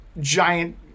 giant